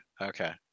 okay